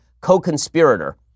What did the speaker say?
co-conspirator